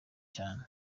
cyane